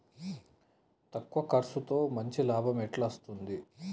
తక్కువ కర్సుతో మంచి లాభం ఎట్ల అస్తది?